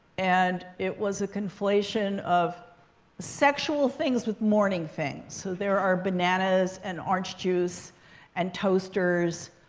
and it was a conflation of sexual things with morning things. so there are bananas and orange juice and toasters